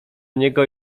niego